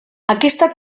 aquesta